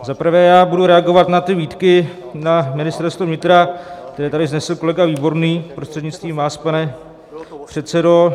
Za prvé budu reagovat na výtky na Ministerstvo vnitra, které tady vznesl kolega Výborný, prostřednictvím vás, pane předsedo.